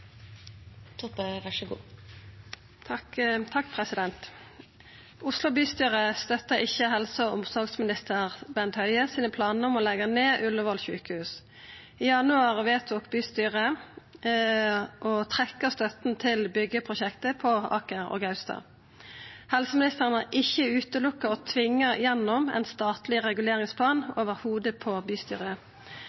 Oslo bystyre støtta ikkje planane til helse- og omsorgsminister Bent Høie om å leggja ned Ullevål sjukehus. I januar vedtok bystyret å trekkja støtta til byggjeprosjektet på Aker og Gaustad. Helseministeren har ikkje sett bort frå å tvinga gjennom ein statleg reguleringsplan